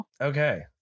okay